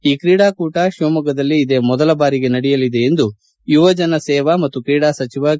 ಈ ಕ್ರೀಡಾ ಕೂಟ ಶಿವಮೊಗ್ಗದಲ್ಲಿ ಇದೇ ಮೊದಲ ಬಾರಿಗೆ ನಡೆಯಲಿದೆ ಎಂದು ಯುವಜನ ಸೇವಾ ಮತ್ತು ಕ್ರೀಡಾ ಸಚಿವ ಕೆ